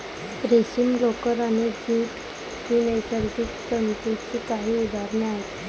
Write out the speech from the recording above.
रेशीम, लोकर आणि ज्यूट ही नैसर्गिक तंतूंची काही उदाहरणे आहेत